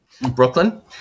brooklyn